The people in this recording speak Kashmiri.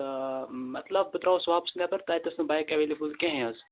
تہٕ مطلب بہٕ درٛاوُس واپس نٮ۪بَر تہٕ اَتہِ ٲسۍ نہٕ بایِک ایٚویلیبُل کِہیٖنٛۍ حظ